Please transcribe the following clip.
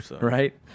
Right